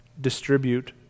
distribute